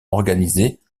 organiser